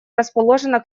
расположена